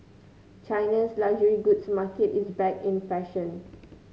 China's luxury goods market is back in fashion